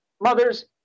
mothers